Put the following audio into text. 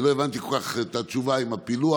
אני לא הבנתי כל כך את התשובה עם הפילוח